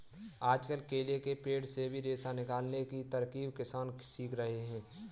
आजकल केला के पेड़ से भी रेशा निकालने की तरकीब किसान सीख रहे हैं